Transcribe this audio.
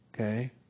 Okay